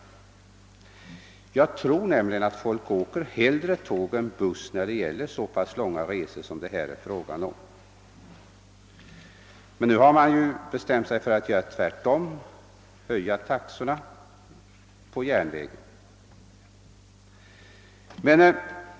Jag tror nämligen att folk åker tåg hellre än buss när det gäller så långa resor som det här är fråga om. Nu har man emellertid bestämt sig för att göra tvärtom och höja taxorna på järnvägen.